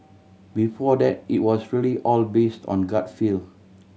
before that it was really all based on gut feel